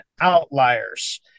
outliers